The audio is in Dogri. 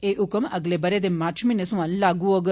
एह् ह्कम अगले बरे दे मार्च म्हीनें सोयां लागू होग